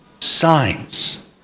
Signs